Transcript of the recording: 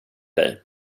dig